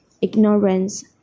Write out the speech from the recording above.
Ignorance